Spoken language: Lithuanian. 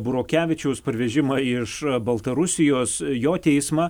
burokevičiaus parvežimą iš baltarusijos jo teismą